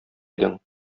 идең